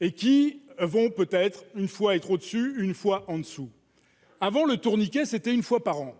et qui vont peut-être une fois et trop dessus une fois en dessous avant le tourniquet, c'était une fois par an.